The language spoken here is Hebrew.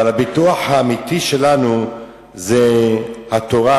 אבל הביטוח האמיתי שלנו זה התורה,